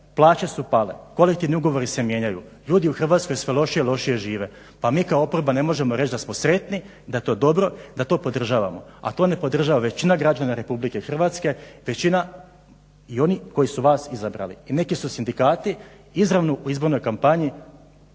plaće su pale, kolektivni ugovori se mijenjaju, ljudi u Hrvatskoj sve lošije i lošije žive. Pa mi kao oporba ne možemo reći da smo sretni, da je to dobro, da to podržavamo. A to ne podržava većina građana Republike Hrvatske, većina i onih koji su vas izabrali. I neki su sindikati izravno u izbornoj kampanji